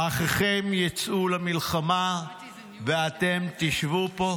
האחיכם יצאו למלחמה ואתם תשבו פה?